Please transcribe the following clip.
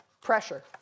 pressure